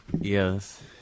Yes